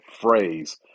phrase